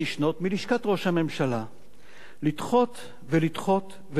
ראש הממשלה לדחות ולדחות ולדחות את החוק,